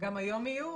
גם היום יהיו,